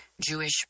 Jewish